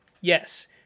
Yes